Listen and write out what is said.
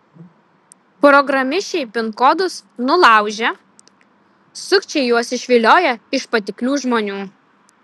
programišiai pin kodus nulaužia sukčiai juos išvilioja iš patiklių žmonių